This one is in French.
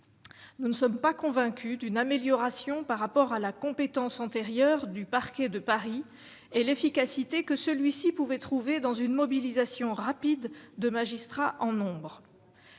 Nous ne sommes pas convaincus d'une amélioration par rapport à la compétence antérieur du parquet de Paris et l'efficacité que celui-ci pouvait trouver dans une mobilisation rapide de magistrats en nombre,